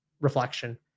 reflection